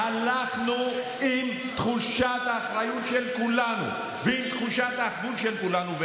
והלכנו עם תחושת האחריות של כולנו ועם תחושת האחדות של כולנו.